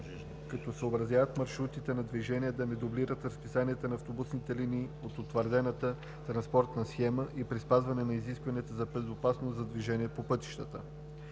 като съобразяват маршрутите на движение да не дублират разписанията на автобусните линии от утвърдената транспортна схема и при спазване на изискванията за безопасност за движение по пътищата.